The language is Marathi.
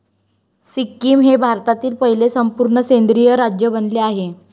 सिक्कीम हे भारतातील पहिले संपूर्ण सेंद्रिय राज्य बनले आहे